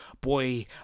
Boy